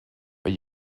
but